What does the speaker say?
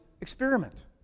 experiment